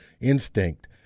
instinct